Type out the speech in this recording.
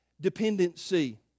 dependency